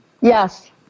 Yes